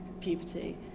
puberty